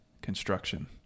construction